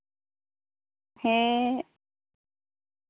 ᱦᱮᱸ